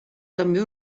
també